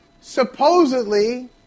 supposedly